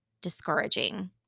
discouraging